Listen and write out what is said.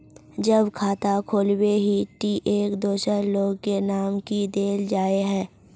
जब खाता खोलबे ही टी एक दोसर लोग के नाम की देल जाए है?